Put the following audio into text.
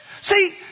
See